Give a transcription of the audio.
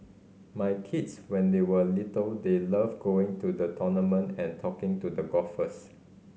my kids when they were little they loved going to the tournament and talking to the golfers